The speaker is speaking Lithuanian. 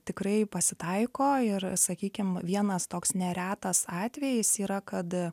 tikrai pasitaiko ir sakykim vienas toks neretas atvejis yra kad